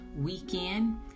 weekend